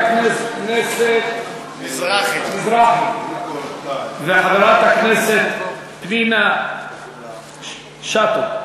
חבר הכנסת מזרחי וחברת הכנסת פנינה שטה,